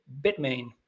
Bitmain